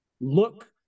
look